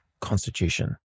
constitution